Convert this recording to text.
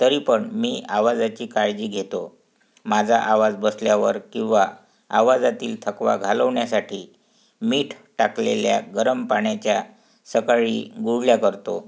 तरी पण मी आवाजाची काळजी घेतो माझा आवाज बसल्यावर किंवा आवाजातील थकवा घालवण्यासाठी मीठ टाकलेल्या गरम पाण्याच्या सकाळी गुळण्या करतो